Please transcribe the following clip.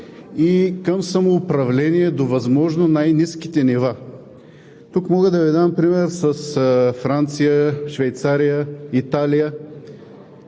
и към самоуправление до възможно най-ниските нива. Тук мога да Ви дам пример с Франция, Швейцария, Италия,